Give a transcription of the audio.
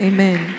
Amen